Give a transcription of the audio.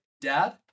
dad